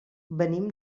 venim